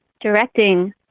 directing